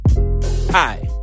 Hi